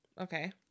Okay